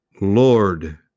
Lord